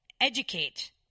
educate